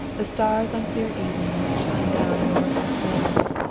the stars on clear evenings shine down on the roofless buildings,